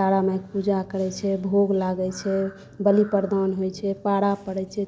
तारा माइके पूजा करय छै भोग लागय छै बलि परदान होइ छै पारा पड़य छै